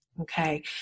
okay